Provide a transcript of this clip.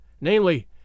namely